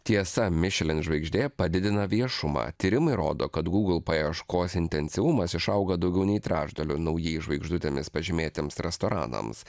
tiesa mišelin žvaigždė padidina viešumą tyrimai rodo kad google paieškos intensyvumas išauga daugiau nei trečdaliu naujai žvaigždutėmis pažymėtiems restoranams